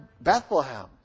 Bethlehem